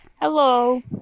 hello